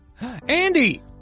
Andy